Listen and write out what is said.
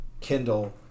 Kindle